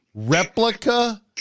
Replica